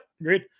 agreed